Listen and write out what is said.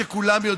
וכמי שרוצה שלום,